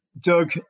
Doug